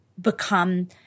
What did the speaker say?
become